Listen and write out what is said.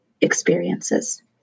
experiences